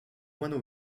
moines